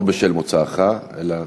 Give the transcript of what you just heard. לא בשל מוצאך, אלא